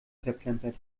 verplempert